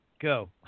go